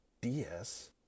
DS